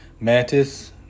mantis